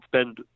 spend